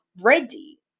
ready